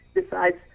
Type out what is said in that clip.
decides